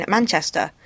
Manchester